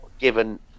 given